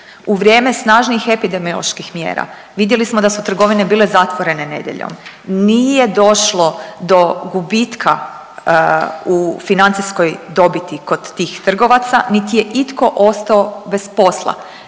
U vrijeme snažnih epidemioloških mjera vidjeli smo da su trgovine bile zatvorene nedjeljom nije došlo do gubitka u financijskoj dobiti kod tih trgovaca niti je itko ostao bez posla,